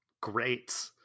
Great